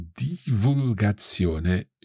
divulgazione